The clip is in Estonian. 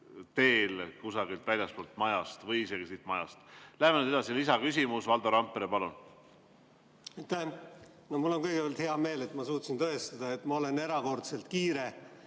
teel kusagilt väljastpoolt majast või siit majast. Läheme nüüd edasi. Lisaküsimus, Valdo Randpere, palun! Aitäh! Mul on kõigepealt hea meel, et ma suutsin tõestada, et ma olen erakordselt kiire,